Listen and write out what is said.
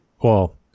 Well-